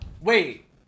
Wait